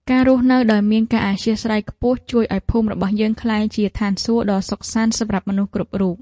ការរស់នៅដោយមានការអធ្យាស្រ័យខ្ពស់ជួយឱ្យភូមិរបស់យើងក្លាយជាឋានសួគ៌ដ៏សុខសាន្តសម្រាប់មនុស្សគ្រប់រូប។